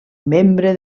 membre